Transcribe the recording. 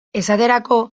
esaterako